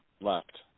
left